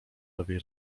lewej